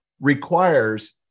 requires